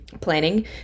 planning